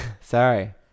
Sorry